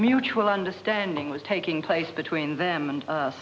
mutual understanding was taking place between them and